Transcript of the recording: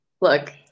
Look